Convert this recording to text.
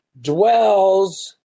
dwells